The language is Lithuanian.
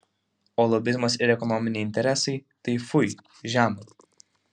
o lobizmas ir ekonominiai interesai tai fui žema